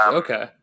okay